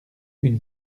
une